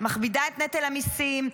מכבידה את נטל המיסים,